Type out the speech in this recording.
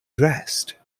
dressed